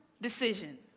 decision